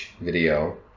video